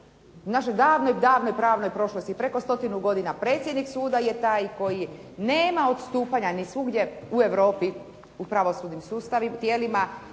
davnoj, davnoj pravnoj prošlosti, preko stotinu godina predsjednik suda je taj koji nema odstupanja ni svugdje u Europi u pravosudnim tijelima